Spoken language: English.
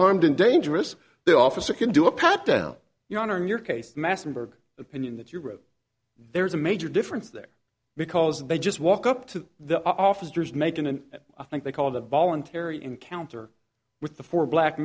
armed and dangerous the officer can do a pat down your honor in your case massenburg opinion that you wrote there's a major difference there because they just walk up to the officers make in an i think they called a voluntary encounter with the four black